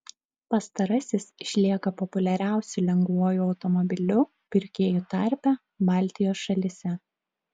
pastarasis išlieka populiariausiu lengvuoju automobiliu pirkėjų tarpe baltijos šalyse